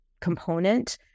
component